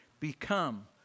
Become